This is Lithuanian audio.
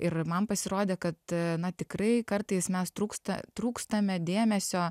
ir man pasirodė kad na tikrai kartais mes trūksta trūkstame dėmesio